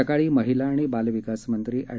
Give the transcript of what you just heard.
सकाळी महिला आणि बाल विकास मंत्री अँड